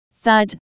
thud